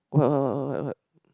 what what what what what